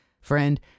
Friend